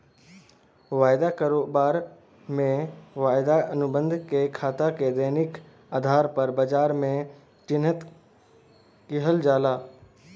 वायदा कारोबार में, वायदा अनुबंध में खाता के दैनिक आधार पर बाजार में चिह्नित किहल जाला